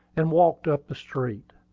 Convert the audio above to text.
and walked up the street.